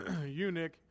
eunuch